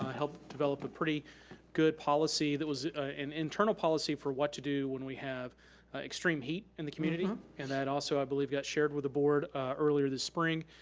help developed a pretty good policy that was an internal policy for what to do when we have extreme heat in the community, and that also, i believe, got shared with the board earlier this spring.